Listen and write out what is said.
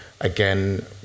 Again